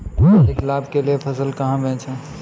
अधिक लाभ के लिए फसल कहाँ बेचें?